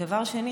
דבר שני,